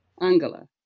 Angela